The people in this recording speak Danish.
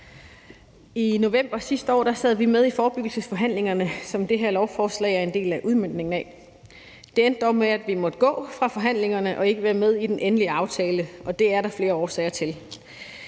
I november sidste år sad vi med i forebyggelsesforhandlingerne, som det her lovforslag er en del af udmøntningen af. Det endte dog med, at vi måtte gå fra forhandlingerne og ikke være med i den endelige aftale, og det er der flere årsager til.